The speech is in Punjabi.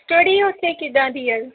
ਸਟੱਡੀ ਉੱਥੇ ਕਿੱਦਾਂ ਦੀ ਆ